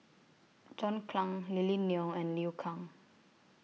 John Clang Lily Neo and Liu Kang